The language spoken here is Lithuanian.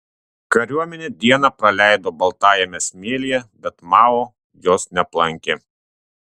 kariuomenė dieną praleido baltajame smėlyje bet mao jos neaplankė